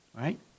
right